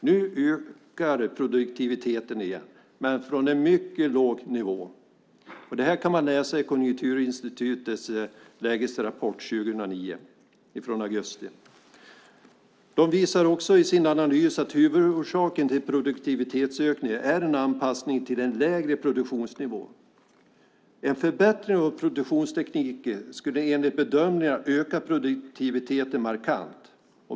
Nu ökar produktiviteten igen, men från en mycket låg nivå. Det här kan man läsa i Konjunkturinstitutets lägesrapport från augusti 2009. De visar också i sin analys att huvudorsaken till produktivitetsökningen är en anpassning till den lägre produktionsnivån. En förbättring av produktionstekniken skulle enligt bedömningar öka produktiviteten markant.